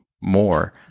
more